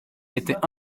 étaient